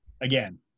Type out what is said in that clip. again